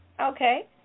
Okay